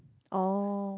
oh